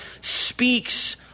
speaks